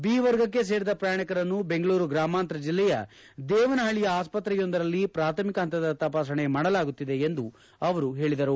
B ವರ್ಗಕ್ಕೆ ಸೇರಿದ ಪ್ರಯಾಣಿಕರನ್ನು ಬೆಂಗಳೂರು ಗ್ರಾಮಾಂತರ ಜಿಲ್ಲೆಯ ದೇವನಹಳ್ಳಿಯ ಆಸ್ಪತ್ರೆಯೊಂದರಲ್ಲಿ ಪ್ರಾಥಮಿಕ ಹಂತದ ತಪಾಸಣೆ ಮಾಡಲಾಗುತ್ತಿದೆ ಎಂದು ಅವರು ಹೇಳದರು